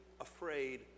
afraid